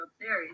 Series